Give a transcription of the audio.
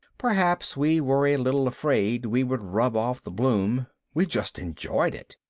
perhaps we were a little afraid we would rub off the bloom. we just enjoyed it.